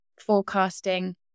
forecasting